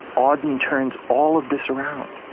auden turns all of this around